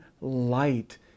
light